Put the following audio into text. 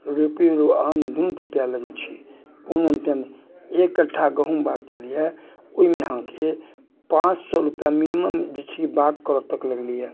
रुपैओ आओर अन्न दुनू उपाय लगैत छै कोनो उपाय नहि एक कट्ठा गहुँम बाग केलियैए ओहिमे अहाँकेँ पाँच सए रुपैआ मिनिमम जे छियै बाग करयके लगलैए